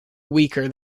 weaker